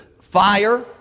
fire